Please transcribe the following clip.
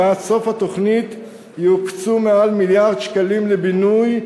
ועד סוף התוכנית יוקצו מעל מיליארד שקלים לבינוי,